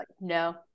no